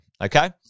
okay